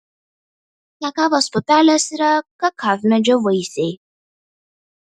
kakavos pupelės yra kakavmedžio vaisiai